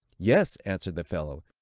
yes, answered the fellow,